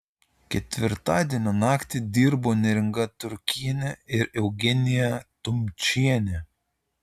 ketvirtadienio naktį dirbo neringa turkienė ir eugenija dumčienė